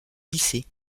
lycée